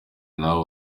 nawe